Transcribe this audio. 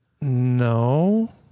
No